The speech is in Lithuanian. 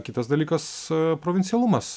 kitas dalykas provincialumas